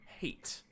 hate